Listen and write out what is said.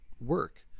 work